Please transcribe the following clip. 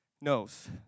knows